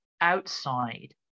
outside